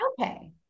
Okay